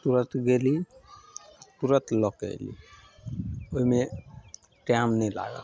तुरत गेली तुरत लअ कऽ अयली ओइमे टाइम नहि लागल